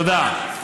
תודה.